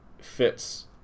fits